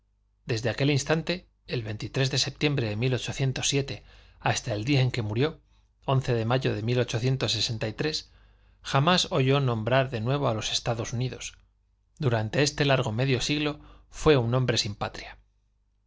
desde aquel instante el de septiembre de hasta el día en que murió de mayo de jamás oyó nombrar de nuevo a los estados unidos durante este largo medio siglo fué un hombre sin patria